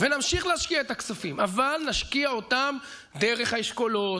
נמשיך להשקיע כספים, אבל נשקיע אותם דרך האשכולות,